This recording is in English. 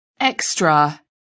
Extra